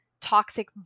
toxic